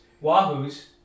Wahoo's